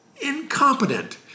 incompetent